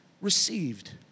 received